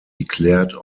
declared